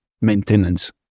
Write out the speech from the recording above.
maintenance